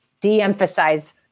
De-emphasize